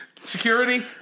Security